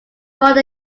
fought